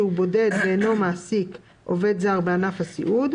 שהוא בודד ואינו מעסיק עובד זר בענף הסיעוד,